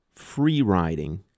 free-riding